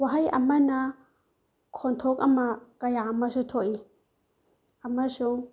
ꯋꯥꯍꯩ ꯑꯃꯅ ꯈꯣꯟꯊꯣꯛ ꯑꯃ ꯀꯌꯥ ꯑꯃꯁꯨ ꯊꯣꯛꯏ ꯑꯃꯁꯨꯡ